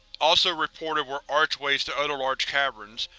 also reported were archways to other large caverns,